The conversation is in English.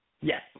Yes